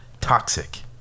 toxic